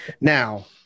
Now